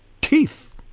Teeth